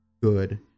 good